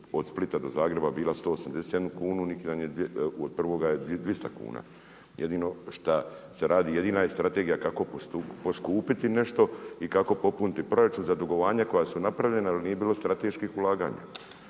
od Splita do Zagreba bila 181 kunu, neki dan je od prvoga dvista kuna. Jedino šta se radi, jedina je strategija kako poskupiti nešto i kako popuniti proračun za dugovanja koja su napravljena jer nije bilo strateških ulaganja.